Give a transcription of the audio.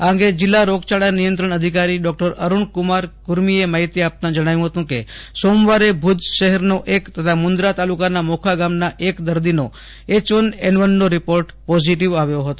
આ અંગે જિલ્લા રોગચાળા નિયંત્રણ અધિકારી ડોકટર અરૂણકુમાર કુર્મીએ માહિતી આપતા જણાવ્યું હતું કે સોમવારે ભુજ શહેર તથા મુન્દ્રા તાલુકાના મોખાના દર્દીનો એચવન એનવનનો રિપોર્ટ પોઝીટીવ આવ્યો હતો